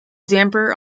damper